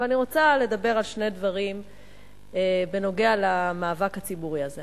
אני רוצה לדבר על שני דברים בנוגע למאבק הציבורי הזה.